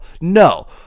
No